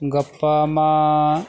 ᱜᱟᱯᱟ ᱢᱟ